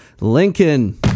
Lincoln